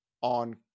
On